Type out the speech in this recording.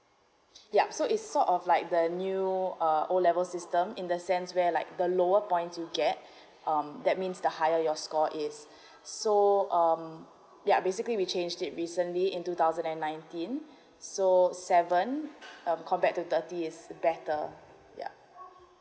yup so it's sort of like the new uh O level system in the sense where like the lower points you get like um that means the higher your score is so um ya basically we change it recently in two thousand and nineteen so seven um compared to thirty is a better ya